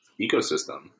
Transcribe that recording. Ecosystem